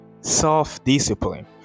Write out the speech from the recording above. self-discipline